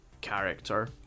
character